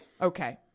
Okay